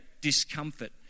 discomfort